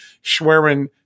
Schwerin